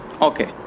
okay